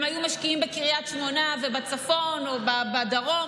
הם היו משקיעים בקריית שמונה ובצפון או בדרום.